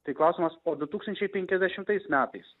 tai klausimas o du tūkstančiai penkiasdešimtais metais